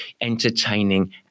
entertaining